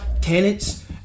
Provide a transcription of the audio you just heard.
Tenants